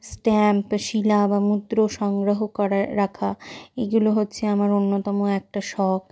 stamp শিলা বা মুদ্রা সংগ্রহ করে রাখা এগুলো হচ্ছে আমার অন্যতম একটা শখ